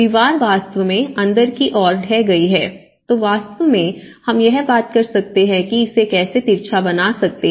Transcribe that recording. दीवार वास्तव में अंदर की ओर ढह गई है तो वास्तव में हम यह बात कर सकते हैं कि इसे कैसे तिरछा बना सकते हैं